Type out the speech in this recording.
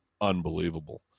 unbelievable